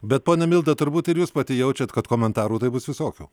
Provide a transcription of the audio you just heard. bet ponia milda turbūt ir jūs pati jaučiat kad komentarų tai bus visokių